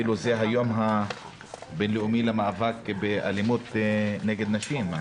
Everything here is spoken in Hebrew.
זה היום הבין לאומי למאבק באלימות נגד נשים.